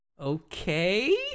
Okay